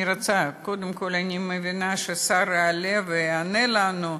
קודם כול אני מבינה שהשר יעלה ויענה לנו,